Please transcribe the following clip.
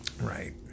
Right